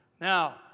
Now